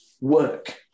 work